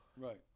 Right